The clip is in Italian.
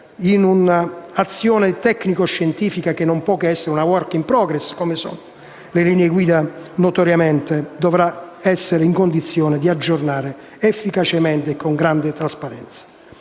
in una azione tecnico-scientifica, che non può che essere un *work in progress* - come sono notoriamente le linee guida - dovranno essere in condizione di aggiornare efficacemente e con grande trasparenza.